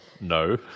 no